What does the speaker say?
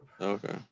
Okay